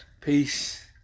peace